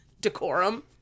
decorum